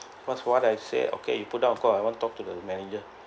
was what I say okay you put down the call I want talk to the manager